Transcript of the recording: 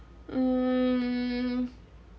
mm